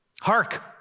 Hark